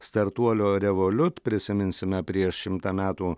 startuolio revoliut prisiminsime prieš šimtą metų